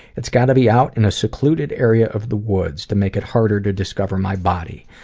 it's got to be out in a secluded area of the woods, to make it harder to discover my body.